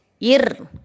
IR